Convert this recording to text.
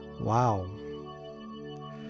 Wow